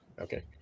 Okay